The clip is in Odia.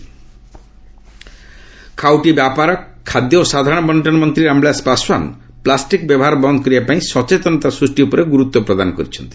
ପାସ୍ୱାନ୍ ପ୍ଲାଷ୍ଟିକ୍ ଖାଉଟି ବ୍ୟାପାର ଖାଦ୍ୟ ଓ ସାଧାରଣ ବଣ୍ଟନ ମନ୍ତ୍ରୀ ରାମବିଳାସ ପାଶ୍ୱାନ ପ୍ଲାଷ୍ଟିକ୍ ବ୍ୟବହାର ବନ୍ଦ କରିବା ପାଇଁ ସଚେତନତା ସ୍ଥିଷ୍ଟି ଉପରେ ଗୁରୁତ୍ୱ ପ୍ରଦାନ କରିଛନ୍ତି